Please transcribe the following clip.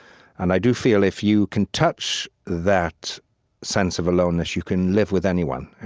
and i do feel if you can touch that sense of aloneness, you can live with anyone